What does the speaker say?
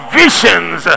visions